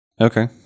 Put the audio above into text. Okay